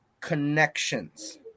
connections